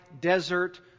desert